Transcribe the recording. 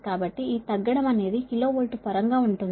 కాబట్టి ఈ తగ్గడం అనేది కిలో వోల్ట్ పరంగా ఉంటుంది